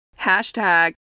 Hashtag